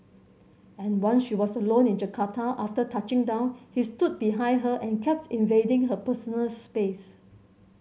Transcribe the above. and once she was alone in Jakarta after touching down he stood behind her and kept invading her personal space